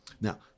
Now